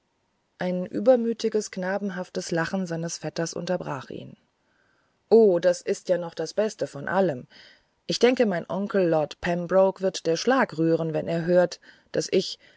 ein übermütiges knabenhaftes lachen seines vetters unterbrach ihn o das ist ja noch das beste von allem ich denke meinen onkel lord pembroke wird der schlag rühren wenn er hört daß ich